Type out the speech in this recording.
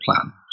plan